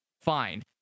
fine